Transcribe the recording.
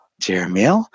Jeremiah